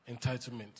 entitlement